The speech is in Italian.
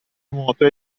nuoto